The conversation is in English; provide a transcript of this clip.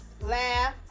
laugh